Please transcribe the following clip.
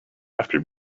after